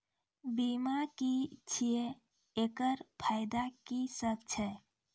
बीमा की छियै? एकरऽ फायदा की सब छै?